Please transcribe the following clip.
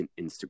Instagram